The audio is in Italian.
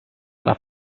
alla